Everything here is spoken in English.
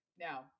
Now